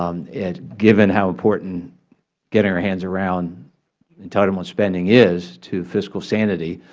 um and given how important getting our hands around entitlement spending is to fiscal sanity,